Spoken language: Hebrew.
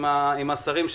אני בקשר עם השרים שלנו,